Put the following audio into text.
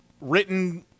written